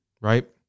right